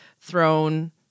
thrown